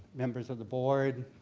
members of the board,